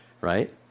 Right